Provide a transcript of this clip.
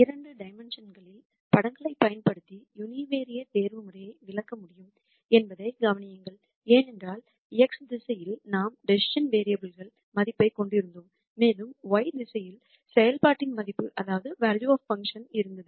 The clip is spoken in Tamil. இரண்டு டைமென்ஷுன்களில் படங்களைப் பயன்படுத்தி யூனிவெரைட் தேர்வுமுறையை விளக்க முடியும் என்பதைக் கவனியுங்கள் ஏனென்றால் x திசையில் நாம் டிசிசன் வேரியபுல் மதிப்பைக் கொண்டிருந்தோம் மேலும் y திசையில் செயல்பாட்டின் மதிப்பு இருந்தது